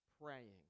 praying